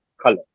color